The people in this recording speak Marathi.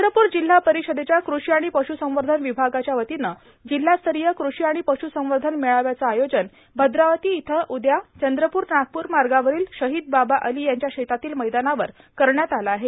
चंद्रपूर जिल्हा परिषदेच्या कृषी आणि पश्संवर्धन विभागाच्या वतीनं जिल्हास्तरीय कृषी आणि पश्संवर्धन मेळाव्याचं आयोजन भद्रावती इथं उद्या चंद्रपूर नागपूर मार्गावरील शहीद बाबा अली यांच्या शेतातील मैदानावर करण्यात आलं आहे